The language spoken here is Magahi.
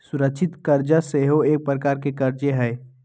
सुरक्षित करजा सेहो एक प्रकार के करजे हइ